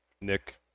Nick